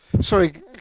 Sorry